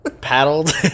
paddled